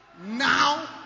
now